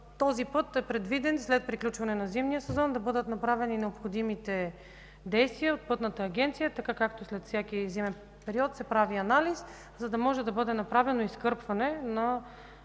Този път е предвиден след приключване на зимния сезон да бъдат направени необходимите действия от Пътната агенция. След всеки зимен период се прави анализ, за да може да бъде направено изкърпване на